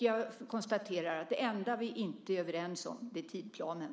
Jag konstaterar att det enda vi inte är överens om är tidsplanen.